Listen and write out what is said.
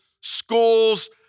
schools